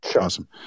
awesome